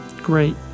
Great